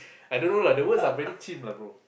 I don't know lah the words are very cheem lah bro